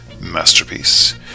masterpiece